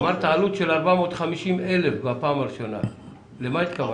קודם אמרת עלות של 450,000. למה התכוונת?